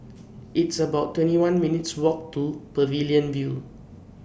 It's about twenty one minutes' Walk to Pavilion View